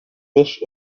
dish